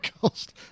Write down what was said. cost